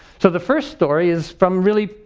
so the first story is from really,